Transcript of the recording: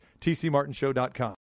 tcmartinshow.com